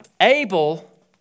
Abel